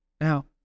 Now